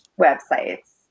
websites